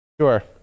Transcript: Sure